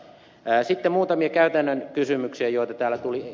sitten muutamia käytännön kysymyksiä joita täällä tuli